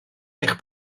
eich